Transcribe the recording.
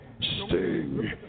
Sting